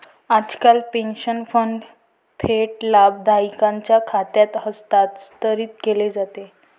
आजकाल pension fund थेट लाभार्थीच्या खात्यात हस्तांतरित केले जातात